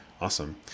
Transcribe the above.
Awesome